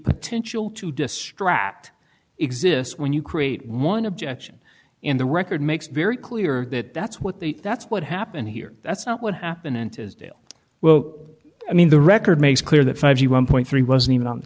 potential to distract exists when you create one objection and the record makes very clear that that's what they that's what happened here that's not what happened until well i mean the record makes clear that five point three wasn't even on the